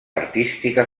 artística